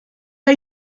are